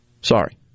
Sorry